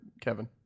Kevin